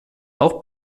auch